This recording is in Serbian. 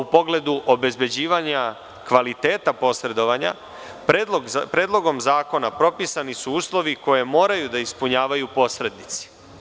U pogledu obezbeđivanja kvaliteta posredovanja, Predlogom zakona propisani su uslovi koje moraju da ispunjavaju posrednici.